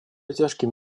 тяжким